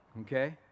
Okay